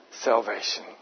salvation